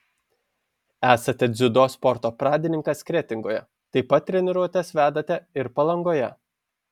esate dziudo sporto pradininkas kretingoje taip pat treniruotes vedate ir palangoje